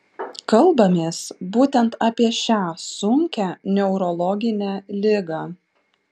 kalbamės būtent apie šią sunkią neurologinę ligą